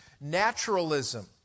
Naturalism